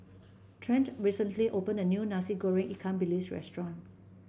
Trent recently opened a new Nasi Goreng Ikan Bilis restaurant